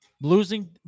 losing